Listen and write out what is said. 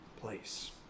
place